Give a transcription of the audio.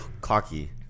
cocky